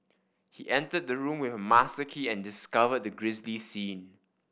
he entered the room with a master key and discovered the grisly scene